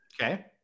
Okay